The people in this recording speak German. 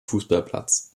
fußballplatz